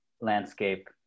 landscape